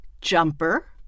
jumper